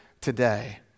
today